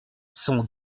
sont